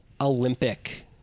Olympic